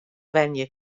wenje